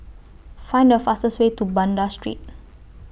Find The fastest Way to Banda Street